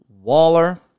Waller